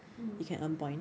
mm